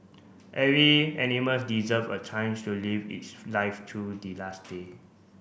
every animal deserve a chance to live its life till the last day